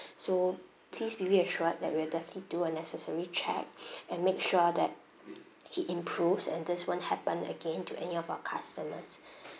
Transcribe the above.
so please be reassured that we'll definitely do a necessary check and make sure that he improves and this won't happen again to any of our customers